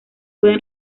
puede